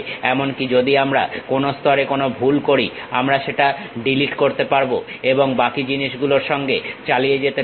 এমনকি যদি আমরা কোন স্তরে কোন ভুল করি আমরা সেটা ডিলিট করতে পারবো এবং বাকি জিনিসগুলোর সঙ্গে চালিয়ে যেতে পারবো